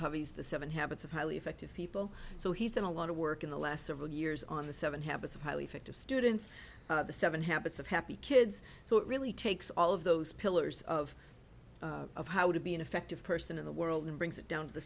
covey's the seven habits of highly effective people so he's done a lot of work in the last several years on the seven habits of highly effective students the seven habits of happy kids so it really takes all of those pillars of of how to be an effective person in the world and brings it down to the